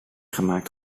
gemaakt